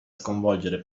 sconvolgere